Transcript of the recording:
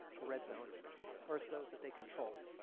the red zones verse those that they control.